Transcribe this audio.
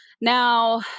Now